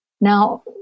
Now